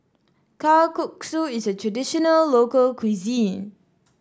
Kalguksu is a traditional local cuisine